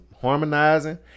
harmonizing